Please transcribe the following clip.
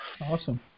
Awesome